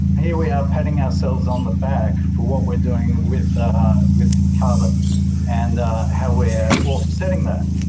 here we are patting ourselves on the back for what we're doing with with carbon and how we're off setting that.